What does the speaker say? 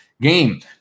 game